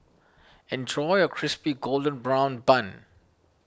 enjoy your Crispy Golden Brown Bun